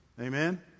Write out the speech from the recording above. Amen